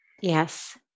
Yes